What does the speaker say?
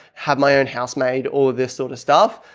have my own housemaid or this sort of stuff.